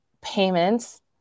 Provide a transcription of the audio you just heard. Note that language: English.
payments